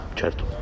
certo